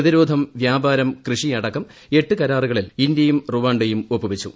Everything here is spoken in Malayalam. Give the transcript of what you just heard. പ്രതിരോധം വ്യാപാരം കൃഷിയടക്കം എട്ട് കരാറുകളിൽ ഇന്ത്യയും റുവാ യും ഒപ്പൂവെച്ചു